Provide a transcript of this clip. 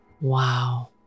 Wow